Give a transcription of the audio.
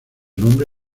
nombre